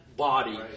body